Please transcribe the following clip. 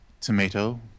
Tomato